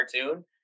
cartoon